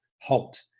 halt